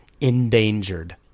endangered